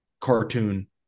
cartoon